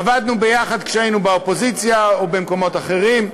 עבדנו ביחד כשהיינו באופוזיציה ובמקומות אחרים,